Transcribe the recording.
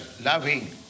loving